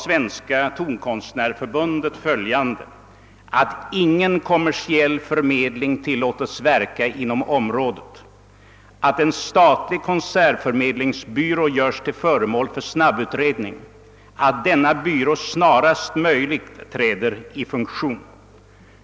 möjligheterna att ta hand om personer som har eller haft för avsikt att beröva sig livet »att ingen kommersiell förmedling tillåtes verka inom området, att en statlig konsertförmedlingsbyrå görs till föremål för snabbutredning, att denna byrå snarast möjligt träder i verksamhet».